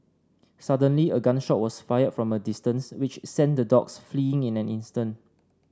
suddenly a gun shot was fired from a distance which sent the dogs fleeing in an instant